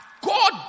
God